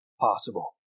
possible